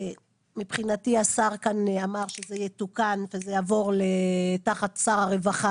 מבחינתי השר כאן אמר שזה יתוקן וזה יעבור תחת שר הרווחה.